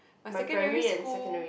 and secondary school